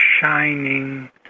shining